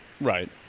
Right